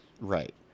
Right